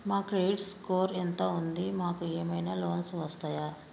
మా credit score ఎంత ఉంది? మాకు ఏమైనా లోన్స్ వస్తయా?